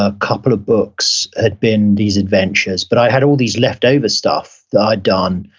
ah couple of books had been these adventures, but i had all these left-over stuff that i'd done,